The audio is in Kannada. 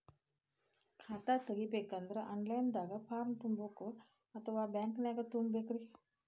ಖಾತಾ ತೆಗಿಬೇಕಂದ್ರ ಆನ್ ಲೈನ್ ದಾಗ ಫಾರಂ ತುಂಬೇಕೊ ಅಥವಾ ಬ್ಯಾಂಕನ್ಯಾಗ ತುಂಬ ಬೇಕ್ರಿ?